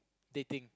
dating